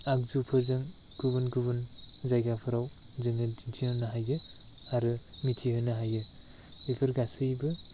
आगजुफोरजों गुबुन गुबुन जायगाफ्राव जोङो दिन्थि होनो हायो आरो मिथिहोनो हायो बेफोर गासैबो